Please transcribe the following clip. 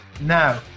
Now